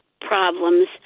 problems